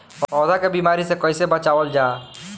पौधा के बीमारी से कइसे बचावल जा?